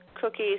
cookies